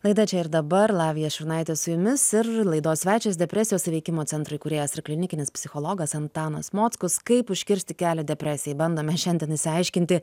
laida čia ir dabar lavija šurnaitė su jumis ir laidos svečias depresijos įveikimo centro įkūrėjas ir klinikinis psichologas antanas mockus kaip užkirsti kelią depresijai bandome šiandien išsiaiškinti